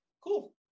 cool